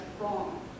wrong